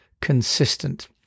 consistent